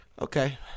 Okay